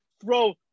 throw